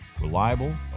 Reliable